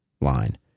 line